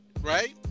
right